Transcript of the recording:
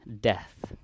death